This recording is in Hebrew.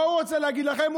מה הוא רוצה להגיד לכם?